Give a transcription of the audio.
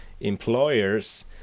employers